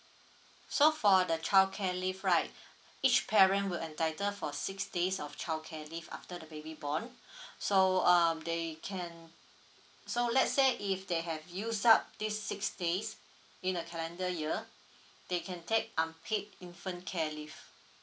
so for the childcare leave right each parent would entitled for six days of childcare leave after the baby born so um they can so let's say if they have use up this six days in a calendar year they can take unpaid infant care leave